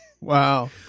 Wow